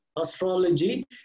astrology